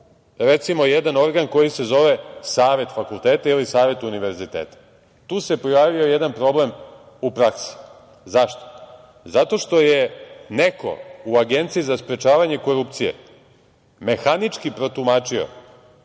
recimo, jedan organ koji se zove savet fakulteta ili savet univerziteta? Tu se pojavio jedan problem u praksi. Zašto? Zato što je neko u Agenciji za sprečavanje korupcije mehanički protumačio